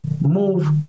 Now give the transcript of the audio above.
move